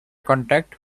contact